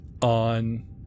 on